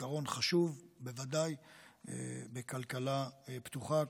עיקרון חשוב בוודאי בכלכלה פתוחה,